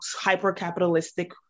hyper-capitalistic